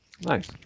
nice